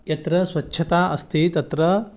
यत्र स्वच्छता अस्ति तत्र